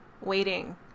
waiting